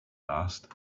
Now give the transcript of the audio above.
asked